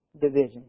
division